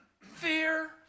fear